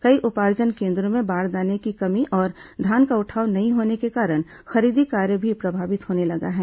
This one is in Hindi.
कई उपार्जन केन्द्रों में बारदाने की कमी और धान का उठाव नहीं होने के कारण खरीदी कार्य भी प्रभावित होने लगा है